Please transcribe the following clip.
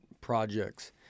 projects